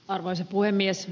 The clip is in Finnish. arvoisa puhemies